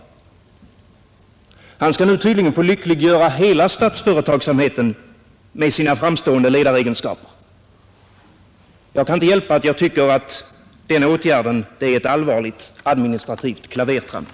Han skall nu tydligen få lyckliggöra hela statsföretagsamheten med sina framstående ledaregenskaper. Jag kan inte hjälpa att jag tycker att den åtgärden är ett allvarligt administrativt klavertramp.